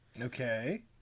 Okay